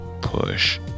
push